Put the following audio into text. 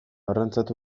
arrantzatu